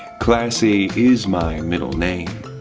classy is my middle name.